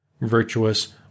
virtuous